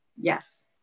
Yes